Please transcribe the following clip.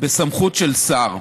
בסמכות של שר,